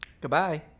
Goodbye